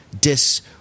dis